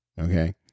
Okay